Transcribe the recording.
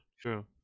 true